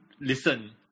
listen